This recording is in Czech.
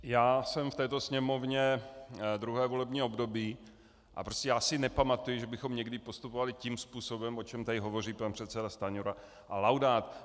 Já jsem v této Sněmovně druhé volební období a nepamatuji si, že bychom někdy postupovali tím způsobem, o čem tady hovoří pan předseda Stanjura a Laudát.